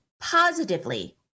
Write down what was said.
positively